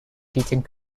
teaching